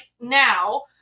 now